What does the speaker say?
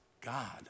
God